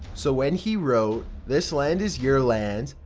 so when he wrote, this land is your land,